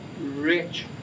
rich